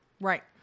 Right